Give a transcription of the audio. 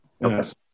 Yes